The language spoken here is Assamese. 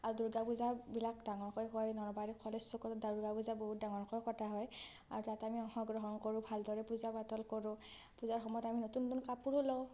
আৰু দুৰ্গা পূজাবিলাক ডাঙৰকৈ হয় নলবাৰী কলেজ চুকত দুৰ্গাপূজা বহুত ডাঙৰকৈ পতা হয় আৰু তাত আমি অংশগ্ৰহণ কৰোঁ ভালদৰে পূজা পাতল কৰোঁ পূজাৰ সময়ত আমি নতুন নতুন কাপোৰো লওঁ